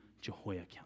Jehoiakim